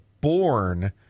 born